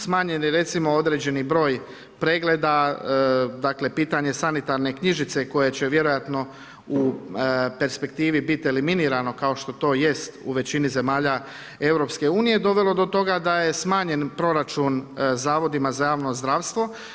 Smanjen je recimo određeni broj pregleda, dakle pitanje sanitarne knjižice koje će vjerojatno u perspektivi biti eliminirano kao što to jest u većini zemalja Europske unije dovelo do toga da je smanjen proračun zavodima za javno zdravstvo.